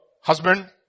husband